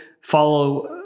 follow